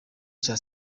cya